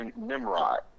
Nimrod